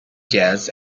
jazz